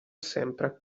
sempre